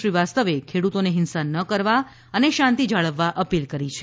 શ્રીવાસ્તવે ખેડુતોને હિંસા ન કરવા અને શાંતી જાળવવા અપીલ કરી છે